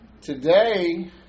Today